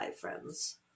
friends